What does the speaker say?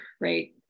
right